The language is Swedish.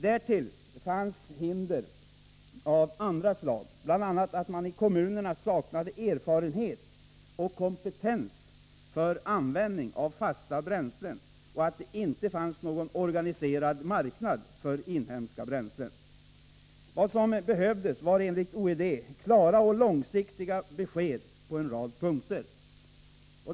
Därtill fanns hinder av andra slag, bl.a. att man i kommunerna saknade erfarenhet och kompetens i fråga om användning av fasta bränslen och att det inte fanns någon organiserad marknad för inhemska bränslen. Vad som behövdes var enligt oljeersättningsdelegationen klara och långsiktiga besked på en rad punkter.